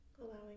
allowing